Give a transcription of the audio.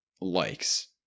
likes